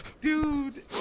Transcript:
Dude